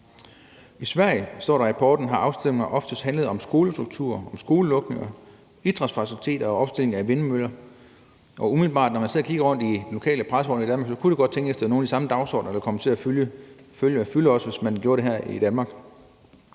rapporten, har afstemninger oftest handlet om skolestruktur, om skolelukninger, idrætsfaciliteter og opstilling af vindmøller. Og umiddelbart, når man sidder og kigger rundt i den lokale presse i Danmark, kunne det godt tænkes, at det var nogle af de samme dagsordener, der også ville komme til at fylde, hvis man gjorde det her i Danmark.